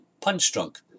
punch-drunk